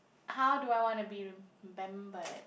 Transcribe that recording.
how do I want to be remembered